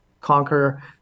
conquer